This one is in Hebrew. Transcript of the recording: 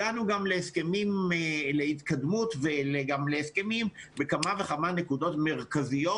הגענו גם להתקדמות וגם להסכמים בכמה וכמה נקודות מרכזיות